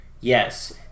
Yes